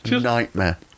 nightmare